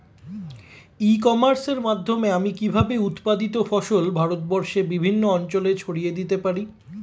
ই কমার্সের মাধ্যমে আমি কিভাবে উৎপাদিত ফসল ভারতবর্ষে বিভিন্ন অঞ্চলে ছড়িয়ে দিতে পারো?